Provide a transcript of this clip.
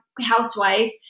housewife